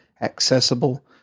accessible